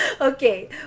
Okay